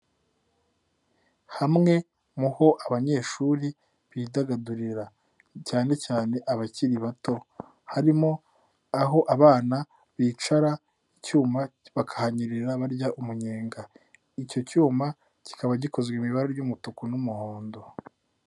Hamwe mu ho abanyeshuri bidagadurira cyane cyane abakiri bato, harimo aho abana bicara icyuma bakahanyerera barya umunyenga, icyo cyuma kikaba gikozwe mu ibara ry'umutuku n'umuhondo.